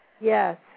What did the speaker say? Yes